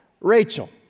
Rachel